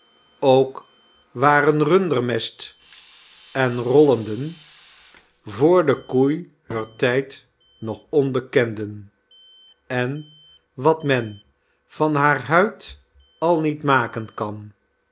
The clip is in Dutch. ook waren rundermest en rollenden vr de koei heur tijd nog onbekenden en wat men van haar huid al niet maken kan